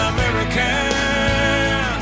American